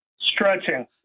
Stretching